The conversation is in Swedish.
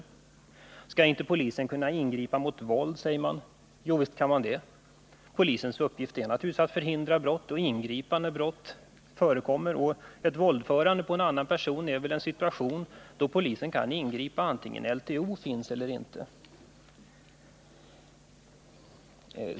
Det frågas vidare om polisen inte skall kunna ingripa mot våld. Jovisst kan den det. Polisens uppgift är naturligtvis att ingripa när brott förekommer, och | ett våldförande mot en person är väl en situation där polisen kan ingripa oavsett om LTO finns eller inte.